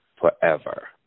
forever